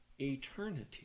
Eternity